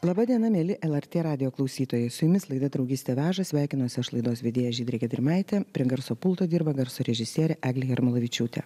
laba diena mieli lrt radijo klausytojai su jumis laida draugystė veža sveikinosi aš laidos vedėja žydrė gedrimaitė prie garso pulto dirba garso režisierė eglė jarmolavičiūtė